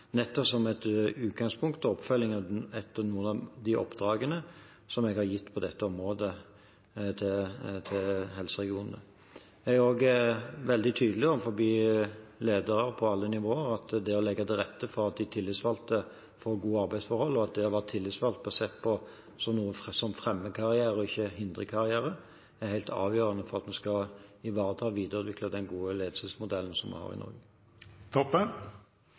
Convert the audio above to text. nettopp som et utgangspunkt og en oppfølging etter noen av de oppdragene som jeg har gitt på dette området til helseregionene. Jeg er også veldig tydelig overfor ledere på alle nivå på at det å legge til rette for at de tillitsvalgte får gode arbeidsforhold, og at det å være tillitsvalgt blir sett på noe som fremmer karriere, og ikke hindrer karriere, er helt avgjørende for at vi skal ivareta og videreutvikle den gode ledelsesmodellen som vi har i Norge.